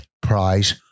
prize